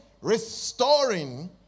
restoring